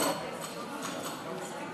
התשע"ט